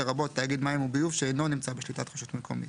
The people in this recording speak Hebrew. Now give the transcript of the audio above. לרבות תאגיד מים וביוב שאינו נמצא בשליטת רשות מקומית,